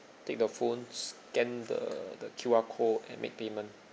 take the phones scan the the Q_R code and make payment